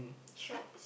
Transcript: shops